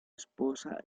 esposa